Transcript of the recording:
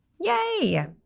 yay